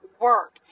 work